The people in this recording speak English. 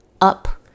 up